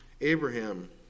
Abraham